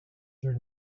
their